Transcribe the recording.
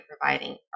providing